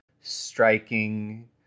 striking